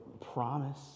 promise